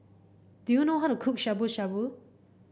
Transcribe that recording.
do you know how to cook Shabu Shabu